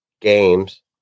games